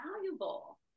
valuable